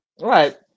Right